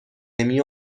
نمی